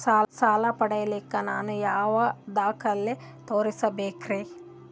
ಸಾಲ ಪಡಿಲಿಕ್ಕ ನಾನು ಯಾವ ದಾಖಲೆ ತೋರಿಸಬೇಕರಿ?